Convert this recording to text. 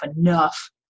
enough